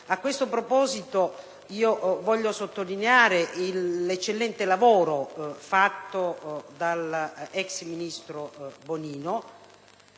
A questo proposito voglio sottolineare l'eccellente lavoro fatto dalla ex ministro Bonino,